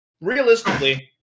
realistically